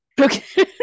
Okay